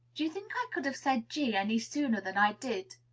do you think i could have said g any sooner than i did?